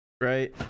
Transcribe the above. right